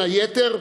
בין היתר,